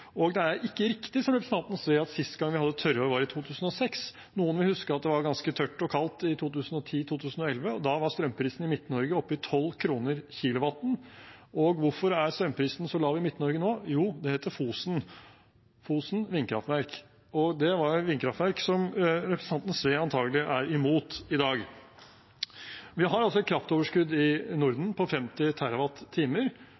Det er heller ikke riktig som representanten Sve sa, at sist gang vi hadde tørrår, var i 2006. Noen vil huske at det var ganske tørt og kaldt i 2010 og 2011, og da var strømprisen i Midt-Norge oppe i 12 kr per kW. Og hvorfor er strømprisen så lav i Midt-Norge nå? Jo, svaret er Fosen, og vindkraftverket der. Det er et vindkraftverk som representanten Sve antagelig er imot i dag. Vi har et kraftoverskudd i